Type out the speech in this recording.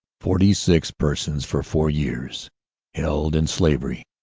forty-six persons, for four years held in slavery,